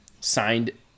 signed